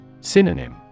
Synonym